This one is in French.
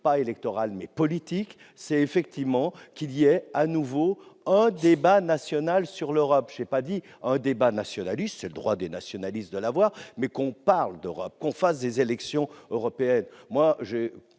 pas électorale mais politique, c'est effectivement la réémergence d'un débat national sur l'Europe- je n'ai pas dit un débat nationaliste, c'est le droit des nationalistes de l'avoir. Il s'agit que l'on parle d'Europe à l'occasion des élections européennes.